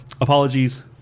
apologies